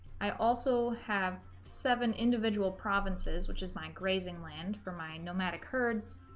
i also have seven individual provinces which is my grazing land for my and nomadic herds